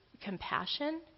compassion